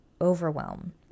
overwhelm